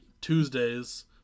Tuesdays